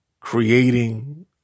creating